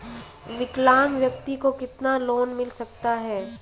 विकलांग व्यक्ति को कितना लोंन मिल सकता है?